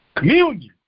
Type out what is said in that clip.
Communion